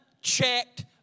checked